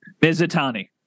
Mizutani